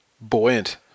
buoyant